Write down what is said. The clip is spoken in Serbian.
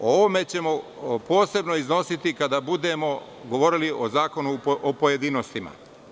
O ovome ćemo posebno iznositi kada budemo govorili o zakonu o pojedinostima.